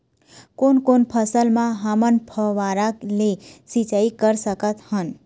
कोन कोन फसल म हमन फव्वारा ले सिचाई कर सकत हन?